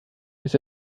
bis